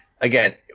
again